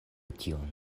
tion